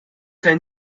dein